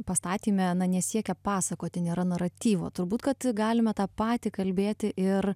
pastatyme na nesiekia pasakoti nėra naratyvo turbūt kad galima tą patį kalbėti ir